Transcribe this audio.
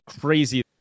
crazy